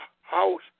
house